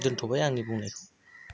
दोनथबाय आंनि बुंनायखौ